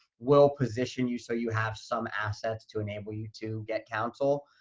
will position you so you have some assets to enable you to get counsel.